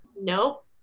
nope